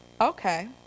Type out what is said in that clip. okay